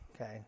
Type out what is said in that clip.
okay